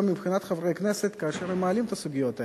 גם מבחינת חברי הכנסת כאשר הם מעלים את הסוגיות האלה,